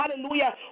hallelujah